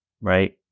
right